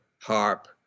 harp